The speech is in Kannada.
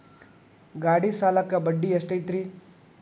ಗಾಡಿ ಸಾಲಕ್ಕ ಬಡ್ಡಿ ಎಷ್ಟೈತ್ರಿ?